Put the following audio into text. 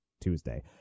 Tuesday